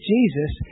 Jesus